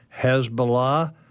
Hezbollah